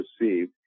received